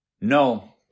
No